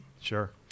Sure